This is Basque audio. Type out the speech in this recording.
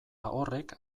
horrek